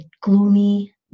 gloomy